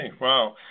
Wow